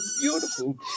Beautiful